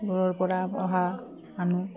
দূৰৰ পৰা অহা মানুহ